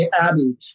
Abby